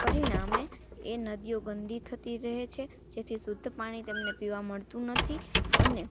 પરિણામે એ નદીઓ ગંદી થતી રહે છે જેથી શુદ્ધ પાણી તેમને પીવા મળતું નથી અને